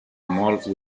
mall